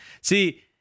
See